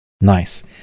nice